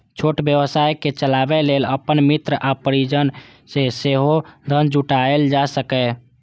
छोट व्यवसाय कें चलाबै लेल अपन मित्र आ परिजन सं सेहो धन जुटायल जा सकैए